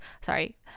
sorry